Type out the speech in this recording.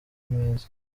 meza